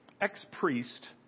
ex-priest